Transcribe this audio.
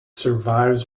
survives